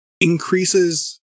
increases